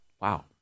Wow